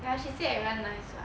ya she say everyone nice [what]